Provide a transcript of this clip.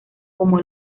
como